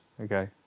Okay